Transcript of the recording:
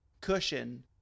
cushion